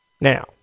Now